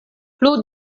plu